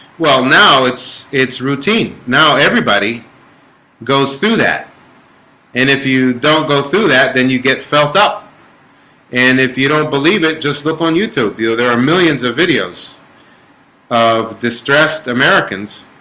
well now it's it's routine now everybody goes through that and if you don't go through that then you get felt up and if you don't believe it just look on youtube. you know there are millions of videos of distressed americans